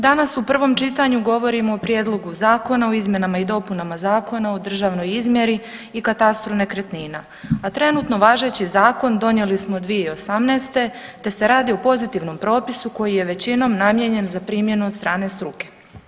Danas u prvom čitanju govorimo o Prijedlogu zakona o izmjenama i dopunama Zakona o državnoj izmjeri i katastru nekretnina, a trenutno važeći zakon donijeli smo 2018., te se radi o pozitivnom propisu koji je većinom namijenjen za primjenu od strane struke.